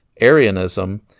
Arianism